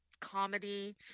comedy